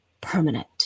permanent